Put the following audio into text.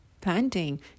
Planting